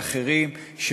ואחרים,